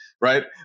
Right